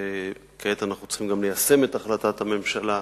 וכעת אנחנו צריכים גם ליישם את החלטת הממשלה.